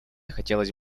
хотелось